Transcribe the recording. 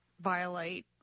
violate